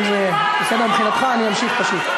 אם זה בסדר מבחינתך, אני אמשיך פשוט.